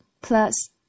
plus